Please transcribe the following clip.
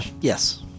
yes